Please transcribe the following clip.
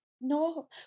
No